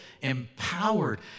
empowered